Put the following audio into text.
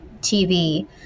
tv